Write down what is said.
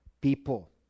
people